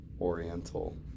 oriental